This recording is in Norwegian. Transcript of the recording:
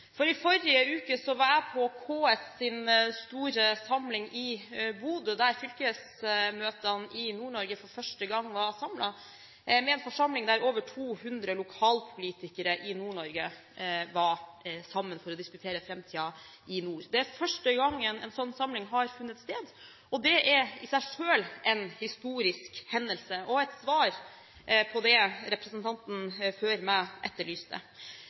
for første gang var samlet – en forsamling der over 200 lokalpolitikere i Nord-Norge kom sammen for å diskutere framtiden i nord. Det er første gang en slik samling har funnet sted, og det er i seg selv en historisk hendelse og et svar på det som representanten før meg etterlyste.